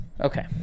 Okay